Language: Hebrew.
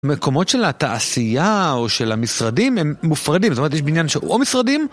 מקומות של התעשייה או של המשרדים הם מופרדים, זאת אומרת יש בניין של או משרדים